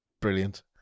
brilliant